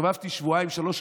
הסתובבתי שבועיים-שלושה,